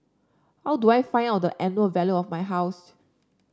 how do I find out the annual value of my house